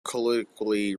colloquially